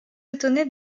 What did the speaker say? étonné